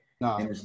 no